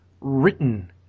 written